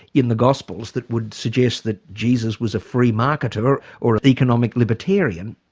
in the gospels that would suggest that jesus was a free marketer, or an economic libertarian.